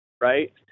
right